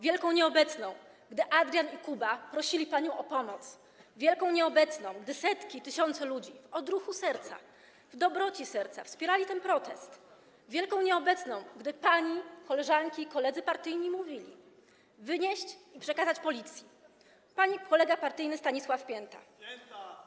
wielką nieobecną, gdy Adrian i Kuba prosili panią o pomoc, wielką nieobecną, gdy setki, tysiące ludzi w odruchu serca, w dobroci serca wspierali ten protest, wielką nieobecną, gdy pani koleżanki i koledzy partyjni mówili: wynieść i przekazać Policji - pani kolega partyjny Stanisław Pieta.